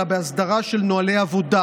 אלא בהסדרה בנוהלי עבודה,